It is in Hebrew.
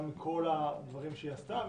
גם כל הדברים שהיא עשתה,